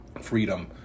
freedom